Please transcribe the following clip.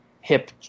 hip